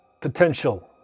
Potential